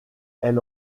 elle